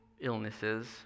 illnesses